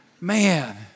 man